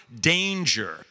danger